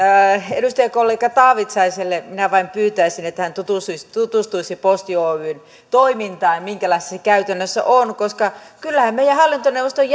edustajakollega taavitsaiselta minä vain pyytäisin että hän tutustuisi posti oyn toimintaan minkälaista se käytännössä on koska kyllähän meidän hallintoneuvoston